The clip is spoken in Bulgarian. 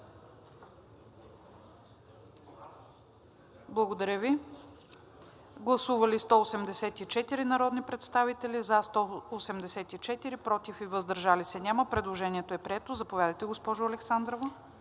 на Комисията. Гласували 184 народни представители: за 173, против няма, въздържали се 11. Предложението е прието. Заповядайте, госпожо Александрова.